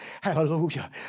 hallelujah